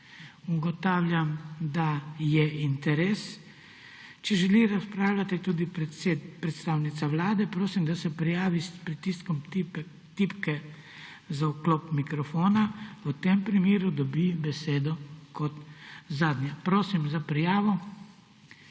Ugotavljam, da je interes. Če želi razpravljati tudi predstavnica Vlade, prosim, da se prijavi s pritiskom tipke za vklop mikrofona. V tem primeru dobi besedo kot zadnja. Prosim za prijavo.